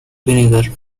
vinegar